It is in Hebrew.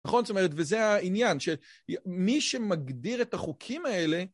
נכון? זאת אומרת, וזה העניין, שמי שמגדיר את החוקים האלה...